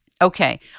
Okay